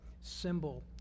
symbol